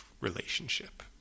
relationship